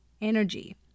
energy